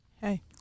hey